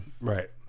right